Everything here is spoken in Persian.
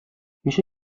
میشه